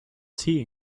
tea